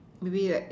maybe like